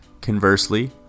Conversely